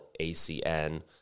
ACN